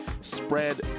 spread